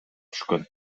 түшкөн